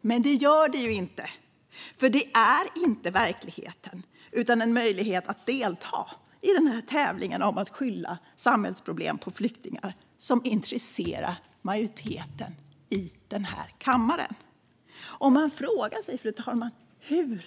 Men samtalet handlar inte om det, för det är inte verkligheten utan möjligheten att delta i tävlingen i att skylla samhällsproblem på flyktingar som intresserar majoriteten i den här kammaren. Man frågar sig hur